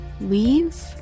leave